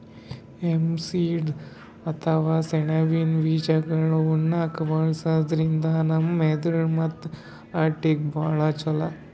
hemp seed ಅಥವಾ ಸೆಣಬಿನ್ ಬೀಜಾಗೋಳ್ ಉಣ್ಣಾಕ್ಕ್ ಬಳಸದ್ರಿನ್ದ ನಮ್ ಮೆದಳ್ ಮತ್ತ್ ಹಾರ್ಟ್ಗಾ ಭಾಳ್ ಛಲೋ